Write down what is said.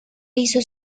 hizo